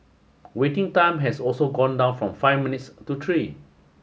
waiting time has also gone down from five minutes to tree